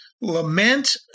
lament